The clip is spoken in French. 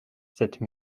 cette